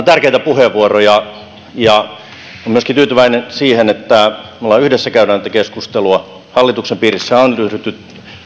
tärkeitä puheenvuoroja ja olen myöskin tyytyväinen siihen että me yhdessä käymme tätä keskustelua hallituksen piirissä on ryhdytty